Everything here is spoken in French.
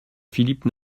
philippe